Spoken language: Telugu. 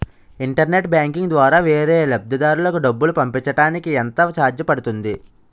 ఇంటర్నెట్ బ్యాంకింగ్ ద్వారా వేరే లబ్ధిదారులకు డబ్బులు పంపించటానికి ఎంత ఛార్జ్ పడుతుంది?